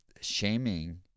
shaming